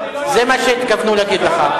זה מה שהתכוונו להגיד לך.